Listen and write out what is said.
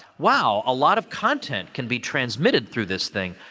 wow a lot of content can be transmitted through this thing.